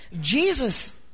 Jesus